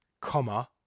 comma